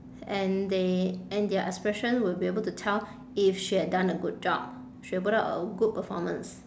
and they and their expression will be able to tell if she had done a good job she will put up a good performance